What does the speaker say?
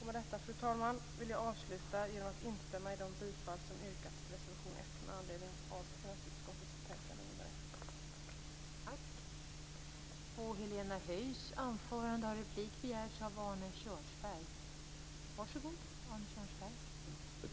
Med detta, fru talman, vill jag avsluta genom att instämma i de bifall som yrkats till reservation 1 med anledning av finansutskottets betänkande nr 1.